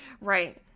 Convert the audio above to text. Right